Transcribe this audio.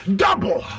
double